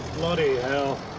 bloody hell.